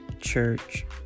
church